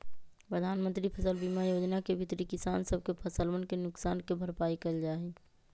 प्रधानमंत्री फसल बीमा योजना के भीतरी किसान सब के फसलवन के नुकसान के भरपाई कइल जाहई